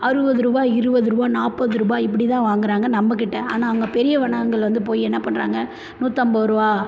அறுபதுரூவா இருபதுரூவா நாற்பதுரூபா இப்படிதான் வாங்குறாங்க நம்மக்கிட்ட ஆனால் அங்கே பெரிய வளாகங்கள் வந்து போய் என்ன பண்ணுறாங்க நூற்றம்பதுரூவா